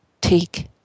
Take